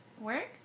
work